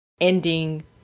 ending